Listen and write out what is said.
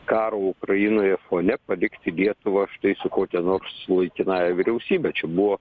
karo ukrainoje fone palikti lietuvą štai su kokia nors laikinąja vyriausybe čia buvo